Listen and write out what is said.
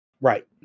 Right